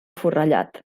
forrellat